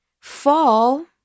Fall